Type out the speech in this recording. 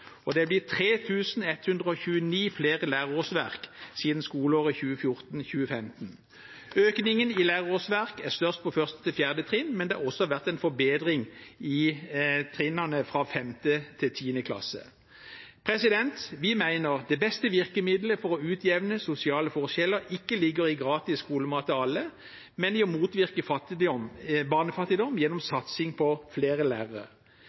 Det er blitt 3 129 flere lærerårsverk siden skoleåret 2014/2015. Økningen i lærerårsverk er størst på 1.–4. trinn, men det har også vært en forbedring på 5.–10. trinn. Vi mener det beste virkemiddelet for å utjevne sosiale forskjeller ikke ligger i gratis skolemat til alle, men i å motvirke barnefattigdom gjennom satsing på flere lærere.